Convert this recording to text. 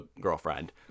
girlfriend